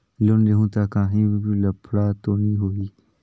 Loan लेहूं ता काहीं लफड़ा तो नी होहि?